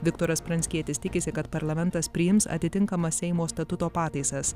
viktoras pranckietis tikisi kad parlamentas priims atitinkamas seimo statuto pataisas